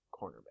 Cornerback